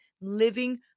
living